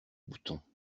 bouton